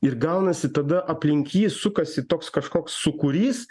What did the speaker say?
ir gaunasi tada aplink jį sukasi toks kažkoks sūkurys